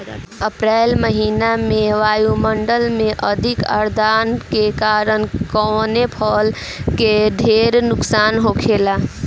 अप्रैल महिना में वायु मंडल में अधिक आद्रता के कारण कवने फसल क ढेर नुकसान होला?